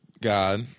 God